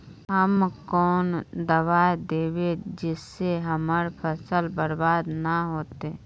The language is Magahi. हम कौन दबाइ दैबे जिससे हमर फसल बर्बाद न होते?